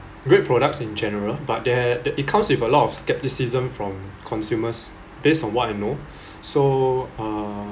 great products in general but there it comes with a lot of scepticism from consumers based on what I know so uh